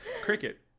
cricket